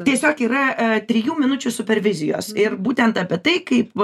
tiesiog yra trijų minučių super vizijos ir būtent apie tai kaip